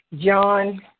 John